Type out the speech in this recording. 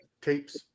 tapes